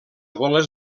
goles